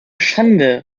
schande